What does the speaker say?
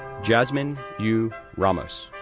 jazmine yu ramos,